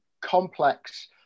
complex